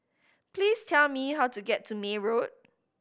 please tell me how to get to May Road